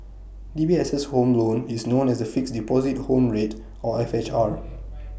DBS' S home loan is known as the Fixed Deposit Home Rate or F H R